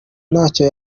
ntacyo